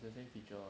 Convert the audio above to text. it's the same feature